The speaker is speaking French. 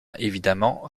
évidemment